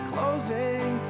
Closing